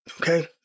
Okay